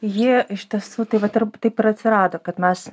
ji iš tiesų tai vat ir taip ir atsirado kad mes